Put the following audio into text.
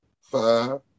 five